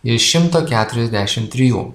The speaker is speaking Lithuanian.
iš šimto keturiasdešim trijų